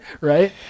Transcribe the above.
right